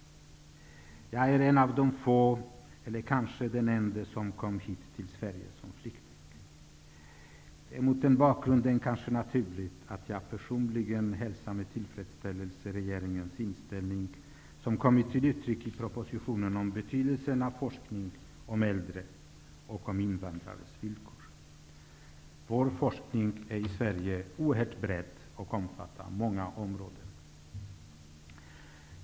Jag är en av de få eller kanske den ende som har kommit hit till Sverige som flykting. Det är mot den bakgrunden kanske naturligt att jag personligen med tillfredsställelse hälsar regeringens inställning som kommit till uttryck i propositionen om betydelsen av forskning om äldre och om invandrares villkor. Forskningen i Sverige är oerhört bred och den omfattar många områden.